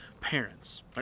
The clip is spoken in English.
parents